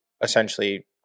essentially